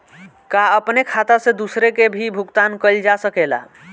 का अपने खाता से दूसरे के भी भुगतान कइल जा सके ला?